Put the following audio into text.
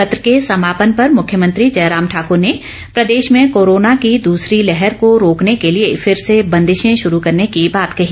सत्र के समापन पर मुख्यमंत्री जयराम ठाकर ने प्रदेश में कोरोना की दसरी लहर को रोकने के लिए फिर से बंदिशें शुरू करने की बात कही